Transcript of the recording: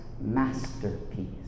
masterpiece